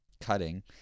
cutting